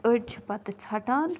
أڈۍ چھِ پَتہٕ ژھٹان